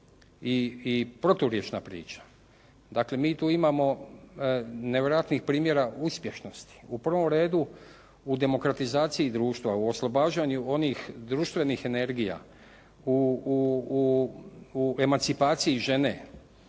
i proturječna priča. Dakle mi tu imamo nevjerojatnih primjera uspješnosti. U prvom redu u demokratizaciji društva, u oslobađanju onih društvenih energija, u emancipaciji žene,